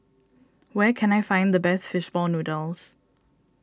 where can I find the best Fish Ball Noodles